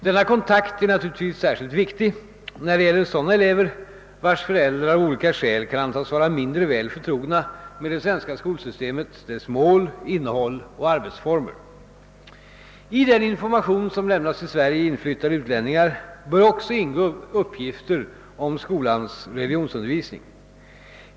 Denna kontakt är naturligtvis särskilt viktig när det gäller sådana elever vilkas föräldrar av olika skäl kan antas vara mindre väl förtrogna med det svenska skolsystemet, dess mål, innehåll och arbetsformer. I den information som lämnas till Sverige inflyttade utlänningar bör också ingå uppgifter om skolans religionsundervisning.